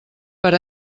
per